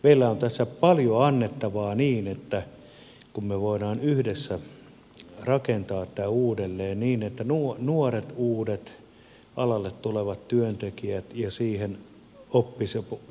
meillä on tässä paljon annettavaa niin että me voimme yhdessä rakentaa tämän uudelleen niin että nuoret uudet alalle tulevat työntekijät ja siihen op pisopimusmallit ja vuorotteluvapaajärjestelmä